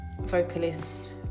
vocalist